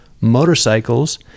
motorcycles